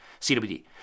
CWD